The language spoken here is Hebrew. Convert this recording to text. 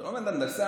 כשאתה לומד הנדסה,